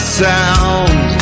sound